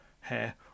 hair